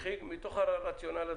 החריג מתוך הרציונל הזה.